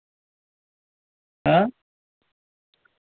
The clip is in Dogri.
हां